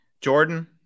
Jordan